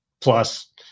plus